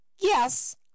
Yes